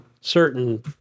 certain